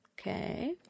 Okay